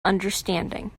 understanding